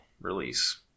release